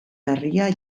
larria